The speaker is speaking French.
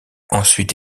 ensuite